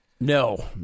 No